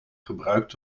gebruikt